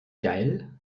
geil